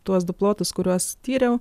tuos du plotus kuriuos tyriau